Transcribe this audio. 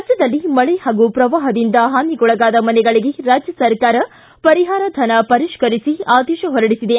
ರಾಜ್ಞದಲ್ಲಿ ಮಳೆ ಹಾಗೂ ಪ್ರವಾಹದಿಂದ ಹಾನಿಗೊಳಗಾದ ಮನೆಗಳಿಗೆ ರಾಜ್ಞ ಸರ್ಕಾರ ಪರಿಹಾರ ಧನ ಪರಿಷ್ಠರಿಸಿ ಆದೇಶ ಹೊರಡಿಸಿದೆ